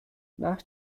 nach